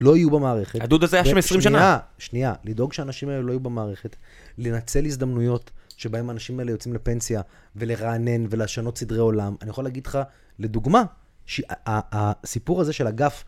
לא יהיו במערכת. הדוד הזה היה שם 20 שנה. שנייה, לדאוג שאנשים האלה לא יהיו במערכת, לנצל הזדמנויות שבהם האנשים האלה יוצאים לפנסיה, ולרענן ולשנות סדרי עולם. אני יכול להגיד לך, לדוגמה, שהסיפור הזה של הגף...